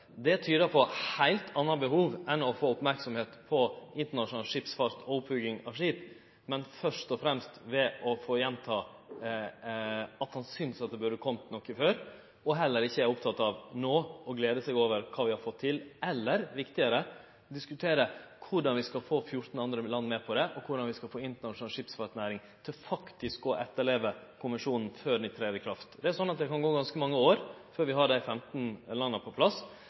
Det tyder på eit heilt anna behov enn å få merksemd på internasjonal skipsfart og opphogging av skip; at han først og fremst har eit behov for å gjenta at han synest det burde ha kome noko tidlegare, og at han heller ikkje no er oppteken av å glede seg over kva vi har fått til, eller – viktigare, av å diskutere korleis vi skal få 14 andre land med på det, og korleis vi skal få internasjonal skipsfartsnæring til faktisk å etterleve konvensjonen før han vert sett i verk. Det er slik at det kan gå ganske mange år før vi har dei 15 landa på plass.